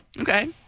Okay